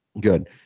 Good